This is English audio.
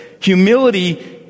humility